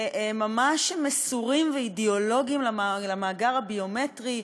ממש מסורים ואידיאולוגיים למאגר הביומטרי,